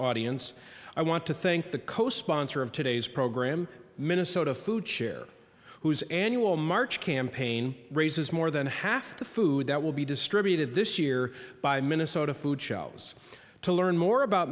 audience i want to thank the co sponsor of today's program minnesota food chair whose annual march campaign raises more than half the food that will be distributed this year by minnesota food shelves to learn more about